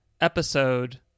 episode